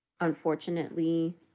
unfortunately